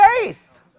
faith